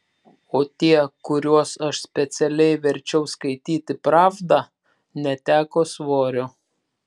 o tie kuriuos aš specialiai verčiau skaityti pravdą neteko svorio